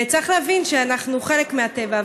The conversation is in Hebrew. וצריך להבין שאנחנו חלק מהטבע.